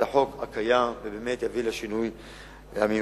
החוק הקיים ובאמת יביא לשינוי המיוחל.